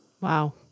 Wow